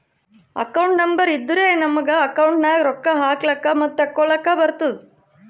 account number ಇದ್ದುರೆ ನಮುಗ account ನಾಗ್ ರೊಕ್ಕಾ ಹಾಕ್ಲಕ್ ಮತ್ತ ತೆಕ್ಕೊಳಕ್ಕ್ ಬರ್ತುದ್